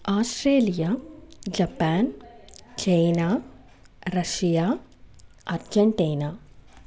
Australia Japan China Russia Argentina